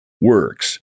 works